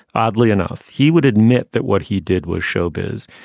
oddly enough, he would admit that what he did was show biz.